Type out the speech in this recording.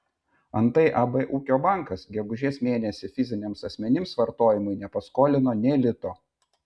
antai ab ūkio bankas gegužės mėnesį fiziniams asmenims vartojimui nepaskolino nė lito